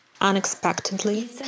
unexpectedly